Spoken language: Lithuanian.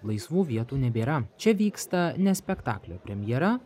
laisvų vietų nebėra čia vyksta ne spektaklio premjera